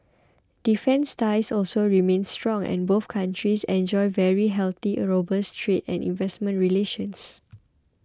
defence ties also remain strong and both countries enjoy very healthy and robust trade and investment relations